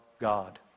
God